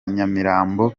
nyamirambo